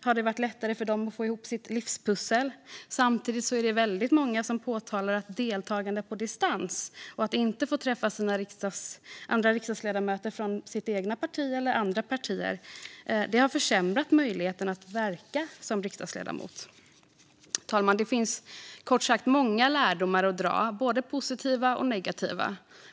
haft lättare att få ihop sitt livspussel. Samtidigt är det många som påtalar att deltagande på distans och att inte få träffa andra riksdagsledamöter från det egna partiet eller andra partier har försämrat möjligheten att verka som riksdagsledamot. Fru talman! Det finns kort sagt många lärdomar att dra, både positiva och negativa.